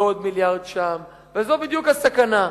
ועוד מיליארד שם, וזו בדיוק הסכנה.